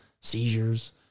seizures